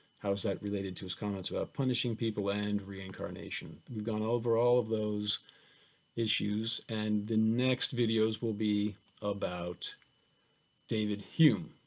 how is that related to his comments about punishing people and reincarnation. we've gone over all of those issues and the next videos will be about david hume.